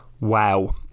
Wow